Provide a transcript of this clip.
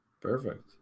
Perfect